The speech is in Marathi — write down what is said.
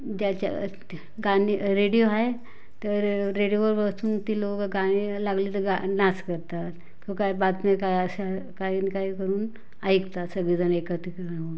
ज्याच्यात गाणे रेडिओ आहे तर रेडिओवर बसून ती लोक गाणे लागले तर गा नाच करतात किंव काय बातमी काय अशा काही न काही करून ऐकतात सगळे जणं एकत्रित होऊन